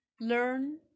learn